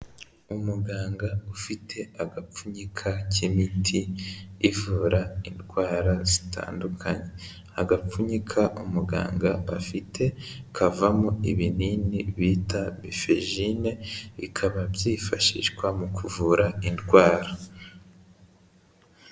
Umuganga ufite agapfunyika k'imiti ivura indwara zitandukanye, agapfunyika umuganga afite kavamo, ibinini bita mifejine bikaba byifashishwa mu kuvura indwara.